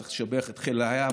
צריך לשבח את חיל הים,